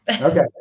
Okay